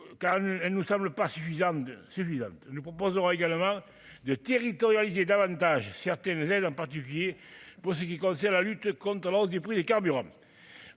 quand elle nous semble pas suffisamment suffisamment nous proposera également de territorialité davantage certaines aides, en particulier pour ce qui concerne la lutte contre la hausse du prix des carburants,